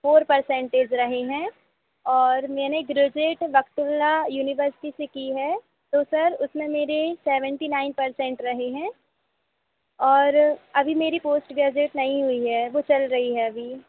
four percentage रहे हैं और मैंने ग्रेजुएट वकत्तुला यूनिवर्सिटी से की है तो सर उसमे मेरे सेवेंटी नाइन पर्सेंट रहे हैं और अभी मेरी पोस्ट ग्रेजुएट नहीं हुई है वो चल रही है अभी